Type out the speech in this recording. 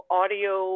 audio